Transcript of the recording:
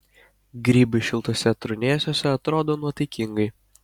grybai šiltuose trūnėsiuose atrodo nuotaikingai